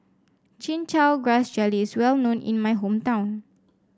Chin Chow Grass Jelly is well known in my hometown